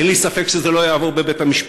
אין לי ספק שזה לא יעבור בבית-המשפט,